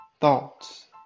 thoughts